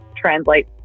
translate